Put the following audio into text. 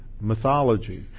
mythology